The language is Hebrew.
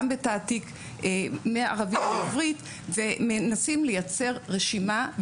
גם בתעתיק מערבית לעברית ומנסים לייצר רשימה.